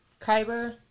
Kyber